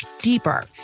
deeper